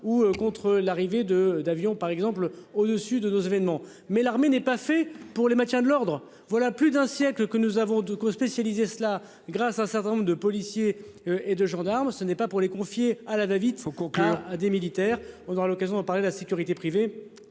ou contre l'arrivée de d'avion par exemple au dessus de nos événements. Mais l'armée n'est pas fait pour le maintien de l'ordre. Voilà plus d'un siècle, que nous avons de spécialisée, cela grâce à un certain nombre de policiers. Et de gendarmes. Ce n'est pas pour les confier à la va-vite faut qu'aucun des militaires. On aura l'occasion d'en parler. La sécurité privée.